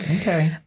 Okay